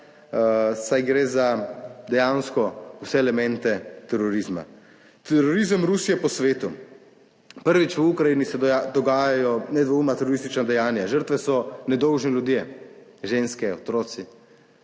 saj gre za dejansko vse elemente terorizma. Terorizem Rusije po svetu. Prvič, v Ukrajini se dogajajo nedvoumna teroristična dejanja, žrtve so nedolžni ljudje, ženske, otroci.